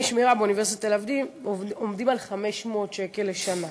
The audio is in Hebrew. דמי השמירה באוניברסיטת תל-אביב עומדים על 500 שקל בשנה.